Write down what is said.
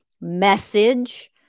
message